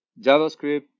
JavaScript